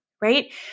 Right